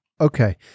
Okay